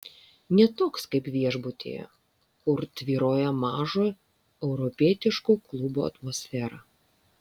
ne toks kaip viešbutyje kur tvyrojo mažo europietiško klubo atmosfera